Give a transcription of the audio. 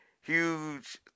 huge